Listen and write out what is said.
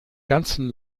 ganzen